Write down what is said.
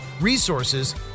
resources